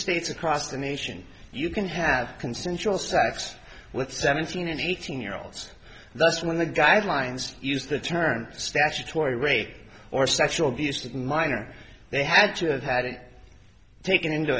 states across the nation you can have consensual sex with seventeen and eighteen year olds that's when the guidelines used the term statutory rape or sexual abuse that minor they had to have had it taken into